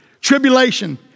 tribulation